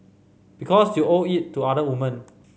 because you owe it to other women